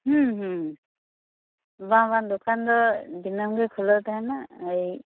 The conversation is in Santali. ᱵᱟᱝ ᱵᱟᱝ ᱫᱚᱠᱟᱱ ᱫᱚ ᱫᱤᱱᱟ ᱢ ᱜᱮ ᱠᱷᱩᱞᱟ ᱣ ᱛᱟᱦᱮᱱᱟ